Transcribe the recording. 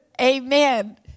Amen